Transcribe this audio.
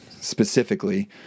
specifically